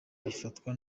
bifatwa